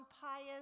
pious